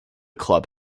club